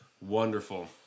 Wonderful